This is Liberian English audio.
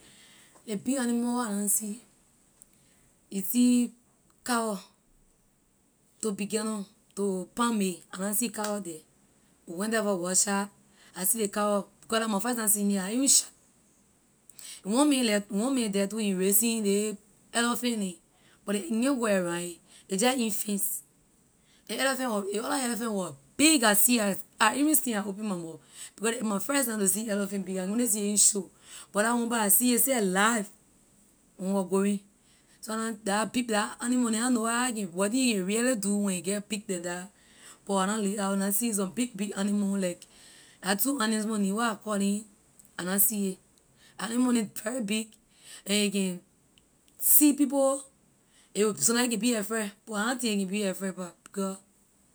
Ley big animal where I na see you see cow to buchana to palm made I na see cow the we went the for workshop I see ley cow because la my first time seeing it I even shout one man le- one man the too he raising ley elephant neh but ley he can’t go around a, a jeh in fence ley elephant wor ley other elephant wor big I see a I i even stand I open my mouth because le- la my first time to see elephant big I can only see a in show but la one pah I see it seh live when we wor going sometime la big la animal neh I na know how ley can wetin a can really do when a get big like that but I na lay eye on it I na see some big big animal like la two animals name where I calling I na see a la animal neh very big and a can see people a will sometime a can be afraid but I na think a can be afraid pah because.